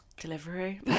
Delivery